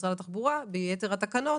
משרד התחבורה ביתר התקנות,